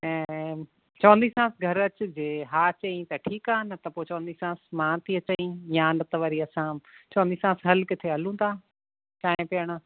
ऐं चवंदीसास घर अचिजे हा चयईं त ठीकु आहे न त पोइ चवंदीसास मां थी अचईं या न त वरी असां चवंदीसास हल किथे हलूं था चांहि पीअण